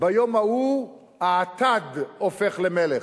ביום ההוא האטד הופך למלך.